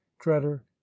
treader